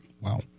Wow